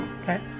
okay